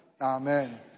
Amen